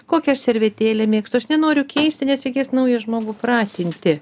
kokią aš servetėlę mėgstu aš nenoriu keisti nes reikės naują žmogų pratinti